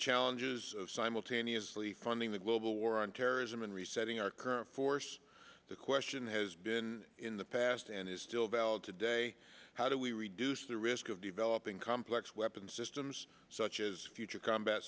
challenges of simultaneously funding the global war on terrorism and resetting our current force the question has been in the past and is still valid today how do we reduce the risk of developing complex weapons systems such as future combat